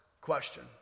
question